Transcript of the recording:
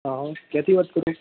હા ક્યાથી વાત કરી